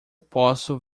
posso